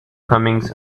comings